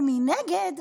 מנגד,